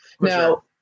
Now